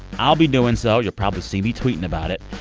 i'll be doing so. you'll probably see me tweeting about it.